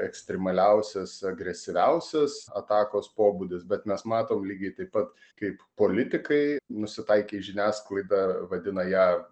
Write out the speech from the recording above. ekstremaliausias agresyviausias atakos pobūdis bet mes matom lygiai taip pat kaip politikai nusitaikė į žiniasklaidą vadina ją